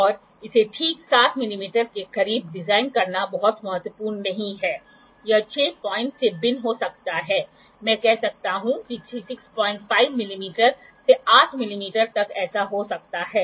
और इसे ठीक 7 मिमी के करीब डिजाइन करना बहुत महत्वपूर्ण नहीं है यह 6 पाॅइंट से भिन्न हो सकता है मैं कह सकता हूं कि 65 मिमी से 8 मिमी तक ऐसा हो सकता है